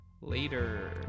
later